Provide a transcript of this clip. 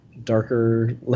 darker